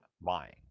buying